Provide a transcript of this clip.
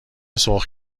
سرخ